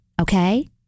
okay